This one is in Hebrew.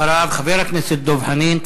אחריו, חבר הכנסת דב חנין.